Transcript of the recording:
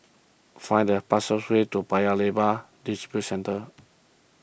find the fastest way to Paya Lebar Districentre